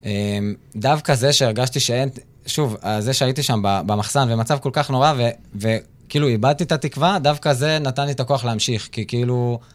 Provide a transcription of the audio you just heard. דווקא זה שהרגשתי שאין, שוב, זה שהייתי שם במחסן במצב כל כך נורא וכאילו איבדתי את התקווה, דווקא זה נתן לי את הכוח להמשיך, כי כאילו...